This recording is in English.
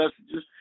messages